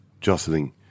jostling